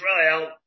Israel